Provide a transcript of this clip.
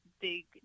big